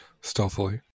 Stealthily